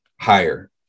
higher